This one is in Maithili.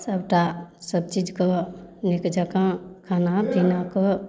सबटा सबचीजके नीक जकाँ खाना पीनाकऽ